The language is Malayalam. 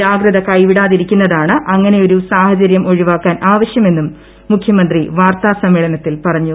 ജാഗ്രത കൈവിടാതിരിക്കുന്നതാണ്ട് അ്ങനെയൊരു സാഹചര്യം ഒഴിവാക്കാൻ ആവശ്യമെന്നും മുഖ്യമന്ത്രി വാർത്താ സമ്മേളനത്തിൽ പറഞ്ഞു